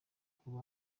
kuba